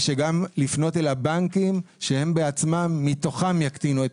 וגם לפנות אל הבנקים שהם בעצמם יקטינו את